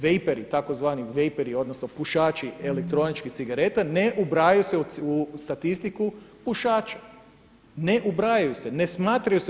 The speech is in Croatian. Vaper, tzv. vaper odnosno pušači elektroničkih cigareta ne ubrajaju se u statistiku pušača, ne ubrajaju se, ne smatraju se.